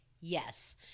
Yes